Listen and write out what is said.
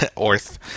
earth